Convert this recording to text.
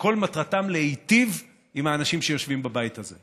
שכל מטרתם להיטיב עם האנשים שיושבים בבית הזה.